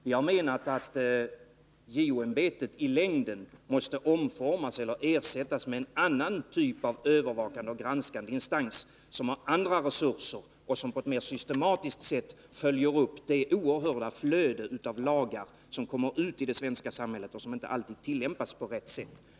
Vi har menat att JO-ämbetet på sikt måste omformas eller ersättas med någon annan typ av övervakande och Nr 22 granskande instans som har andra resurser och som på ett mer systematiskt sätt följer upp det oerhörda flöde av lagar som kommer ut i det svenska samhället och som inte alltid tillämpas på rätt sätt.